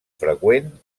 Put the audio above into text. freqüent